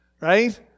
right